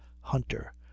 hunter